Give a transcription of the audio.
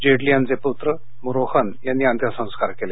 जेटली यांचे पुत्र रोहन यांनी अंत्यसंस्कार केले